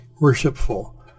worshipful